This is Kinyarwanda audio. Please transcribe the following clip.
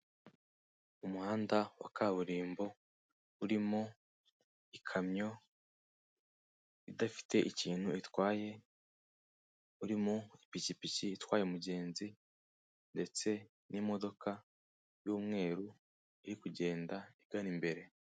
Umuhanda wa kaburimbo urimo ikamyo idafite ikintu itwaye, urimo ipikipiki itwaye umugenzi ndetse n'imodoka y'umweru, iri kugenda igana imbere.